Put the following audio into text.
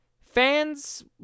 fans